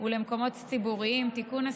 ולמקומות ציבוריים (תיקון,